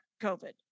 COVID